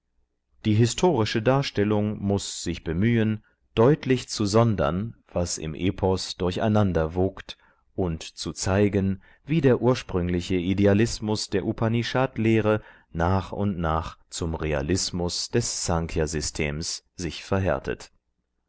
die historische darstellung muß sich bemühen deutlich zu sondern was im epos durcheinander wogt und zu zeigen wie der ursprüngliche idealismus der upanishadlehre nach und nach zum realismus des snkhya systems sich verhärtet